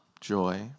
joy